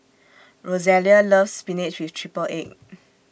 Rosalia loves Spinach with Triple Egg